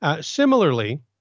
Similarly